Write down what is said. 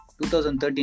2013